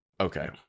Okay